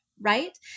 right